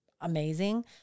amazing